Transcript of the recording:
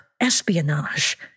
Espionage